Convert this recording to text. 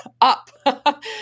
up